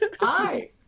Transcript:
Hi